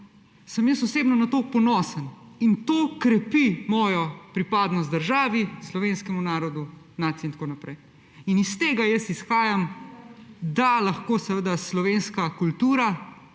sem jaz osebno na to ponosen in to krepi mojo pripadnost državi, slovenskemu narodu, naciji in tako naprej. In iz tega jaz izhajam, da lahko slovenska kultura,